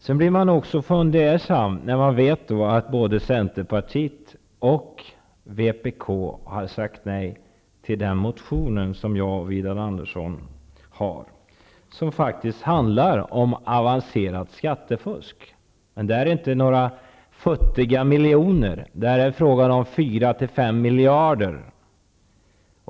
Man blir fundersam när man vet att representanterna för både Centerpartiet och vpk har avstyrkt den motion som jag och Widar Andersson har väckt och som faktiskt handlar om avancerat skattefusk. Där är det inte fråga om några futtiga miljoner utan om 4--5 miljarder.